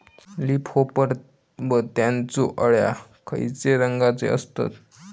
Leaf hopper व त्यानचो अळ्या खैचे रंगाचे असतत?